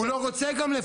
הוא גם לא רוצה לפרסם,